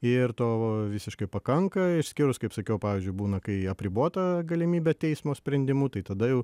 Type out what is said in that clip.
ir tavo visiškai pakanka išskyrus kaip sakiau pavyzdžiui būna kai apribota galimybė teismo sprendimu tai tada jau